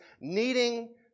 needing